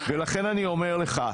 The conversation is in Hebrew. לכן אני אומר לך,